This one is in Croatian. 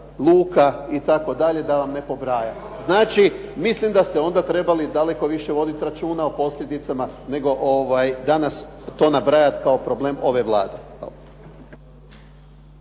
luka itd. da vam ne pobrajam. Znači, mislim da ste onda trebali daleko više voditi računa o posljedicama nego danas to nabrajat kao problem ove Vlade.